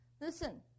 Listen